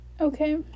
Okay